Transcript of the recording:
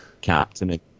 captain